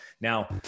Now